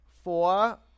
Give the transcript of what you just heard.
Four